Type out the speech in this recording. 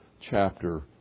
chapter